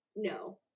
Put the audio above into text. No